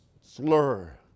slur